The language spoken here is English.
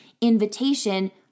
invitation